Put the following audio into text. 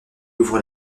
ouvre